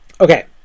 Okay